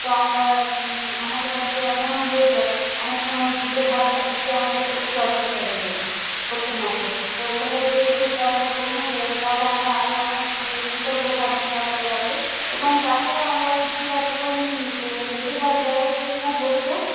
তো আমরা আমাদের হয়তো এমনও হয়ে যায় অনেক সময় সুদের হারটা দিতে আমাদের একটু অসুবিধা হয়ে যাচ্ছে প্রত্যেক মাসে তো সেটা যদি একটু সরকার কমিয়ে দেয় তাহলে আমরা আরও অনেক কৃতজ্ঞ থাকব সরকারের কাছে এবং তাছাড়াও আমরা কৃষিকাজ এখন বেশিরভাগ জায়গাতেই খুব হচ্ছে